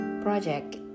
project